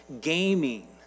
gaming